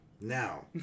now